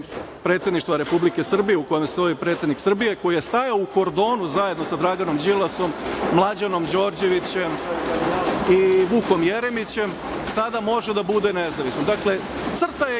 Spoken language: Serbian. predsedništva Republike Srbije u kome stoji predsednik Srbije, koji je stajao u kordonu zajedno sa Draganom Đilasom, Mlađanom Đorđevićem i Vukom Jeremićem, sada može da bude nezavisan. Dakle, CRTA je